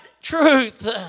truth